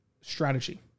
strategy